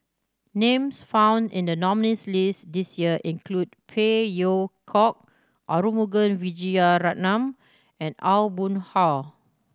names found in the nominees' list this year include Phey Yew Kok Arumugam Vijiaratnam and Aw Boon Haw